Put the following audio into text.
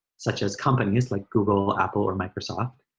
such as companies like google, apple or microsoft,